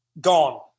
Gone